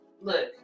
look